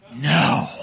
no